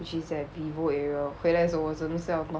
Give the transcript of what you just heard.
which is at vivo area 回来的时候我真的是要 knoc~